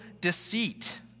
deceit